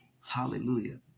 hallelujah